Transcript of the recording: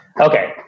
okay